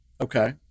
Okay